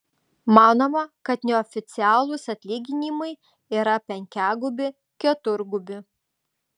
manoma kad neoficialūs atlyginimai yra penkiagubi keturgubi